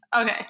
Okay